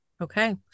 Okay